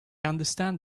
understand